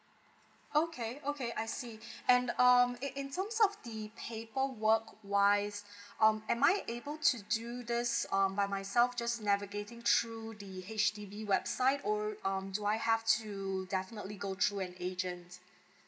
okay okay I see and um in in terms of the paperwork wise um am I able to do this um by myself just navigating through the H_D_B website or um do I have to definitely go through an agent